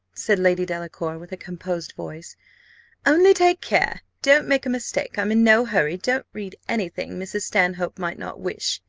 said lady delacour, with a composed voice only take care, don't make a mistake i'm in no hurry don't read any thing mrs. stanhope might not wish.